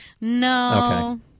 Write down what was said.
No